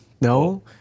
no